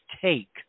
take